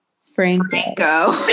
Franco